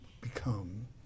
become